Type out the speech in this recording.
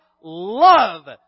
love